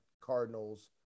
Cardinals